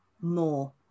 more